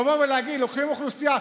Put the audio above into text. לבוא ולהגיד: לוקחים אוכלוסייה,